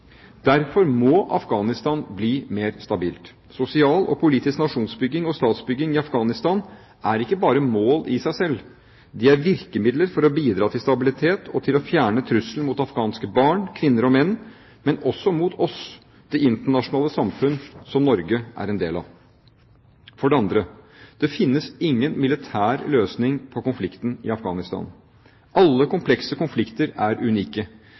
Derfor må Afghanistan bli mer stabilt. Sosial og politisk nasjonsbygging og statsbygging i Afghanistan er ikke bare mål i seg selv; de er virkemidler for å bidra til stabilitet og til å fjerne trusselen mot afghanske barn, kvinner og menn – men også mot oss, det internasjonale samfunn, som Norge er en del av. For det andre: Det finnes ingen militær løsning på konflikten i Afghanistan. Alle komplekse konflikter er unike,